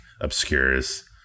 obscures